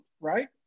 right